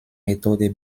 methode